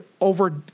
over